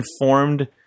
informed